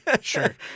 Sure